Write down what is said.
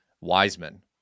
Wiseman